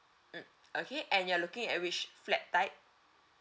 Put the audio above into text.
mm okay and you're looking at which flat type